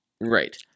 Right